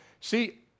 see